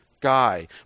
guy